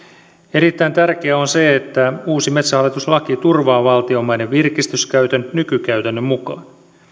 erittäin tärkeää on se että uusi metsähallituslaki turvaa valtion maiden virkistyskäytön nykykäytännön mukaan